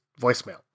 voicemail